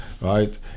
right